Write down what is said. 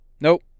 Nope